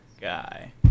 guy